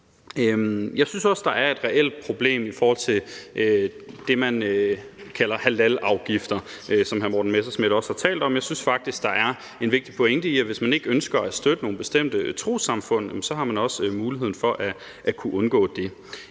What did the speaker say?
Jeg synes også, der er et reelt problem i forhold til det, man kalder halalafgifter, som hr. Morten Messerschmidt også talte om. Jeg synes faktisk, der er en vigtig pointe i, at hvis man ikke ønsker at støtte nogle bestemte trossamfund, jamen så har man også muligheden for at undgå det.